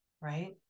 right